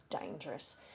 dangerous